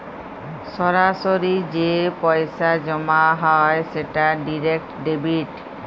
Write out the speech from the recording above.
সরাসরি যে পইসা জমা হ্যয় সেট ডিরেক্ট ডেবিট